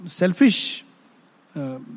selfish